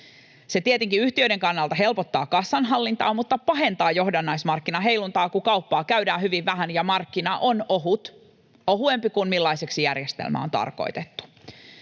Se tietenkin yhtiöiden kannalta helpottaa kassanhallintaa mutta pahentaa johdannaismarkkinan heiluntaa, kun kauppaa käydään hyvin vähän ja markkina on ohut — ohuempi kuin millaiseksi järjestelmä on tarkoitettu.